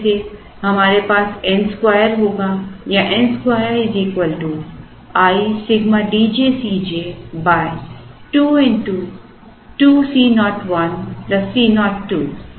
इसमें से हमारे पास n 2 होगा या n2 i Σ D j C j 2 2 C 0 1 C 0 2